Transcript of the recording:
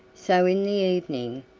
so in the evening,